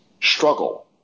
struggle